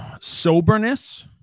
Soberness